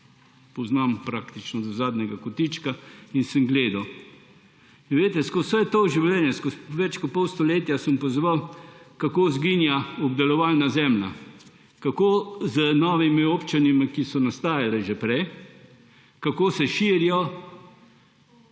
poznam praktično do zadnjega kotička in sem gledal. Veste, skozi vse to življenje, več kot pol stoletja sem opazoval, kako izginja obdelovalna zemlja, kako z novimi občinami, ki so nastajale že prej, kako se širijo